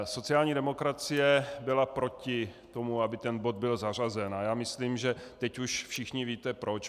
Sociální demokracie byla proti tomu, aby ten bod byl zařazen, a já myslím, že teď už všichni víte proč.